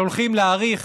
שהולכים להאריך